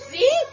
See